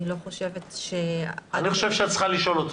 אני חושב שאת צריכה לשאול אותו.